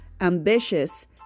ambitious